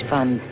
Fund